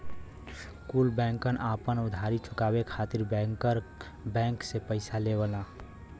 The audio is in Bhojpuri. कुल बैंकन आपन उधारी चुकाये खातिर बैंकर बैंक से पइसा लेवलन